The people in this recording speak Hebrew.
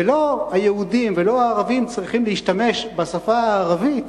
ולא היהודים ולא הערבים צריכים להשתמש בשפה הערבית